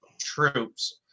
troops